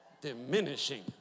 diminishing